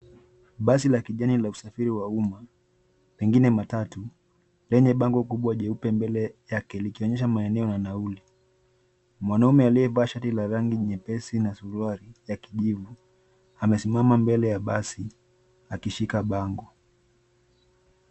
Basi la kijani la usafiri wa umma mengine matatu lenye bango kubwa mbele yake likionyesha maeneo na nauli. Mwanaume aliyevaa shati la rangi nyepesi na suruali ya kijivu amesimama mbele ya basi akishika bango.